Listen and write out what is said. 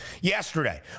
yesterday